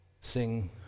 sing